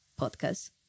podcast